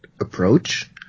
approach